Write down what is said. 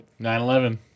9-11